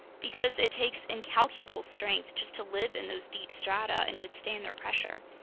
because it takes incalculable strength just to live in those deep strata and withstand their pressure.